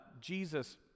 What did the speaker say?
Jesus